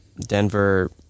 Denver